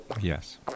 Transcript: Yes